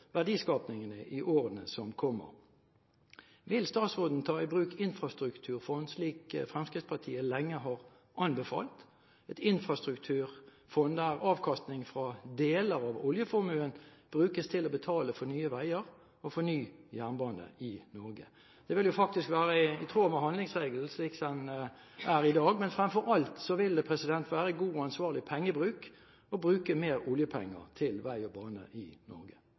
i årene som kommer. Vil statsråden ta i bruk infrastrukturfond, slik Fremskrittspartiet lenge har anbefalt, et infrastrukturfond der avkastning fra deler av oljeformuen brukes til å betale for nye veier og ny jernbane i Norge? Det vil faktisk være i tråd med handlingsregelen slik den er i dag, men fremfor alt vil det være god og ansvarlig pengebruk å bruke mer oljepenger til vei og bane i Norge.